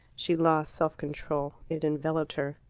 she lost self-control. it enveloped her.